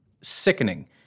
sickening